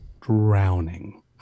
drowning